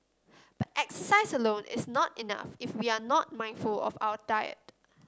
but exercise alone is not enough if we are not mindful of our diet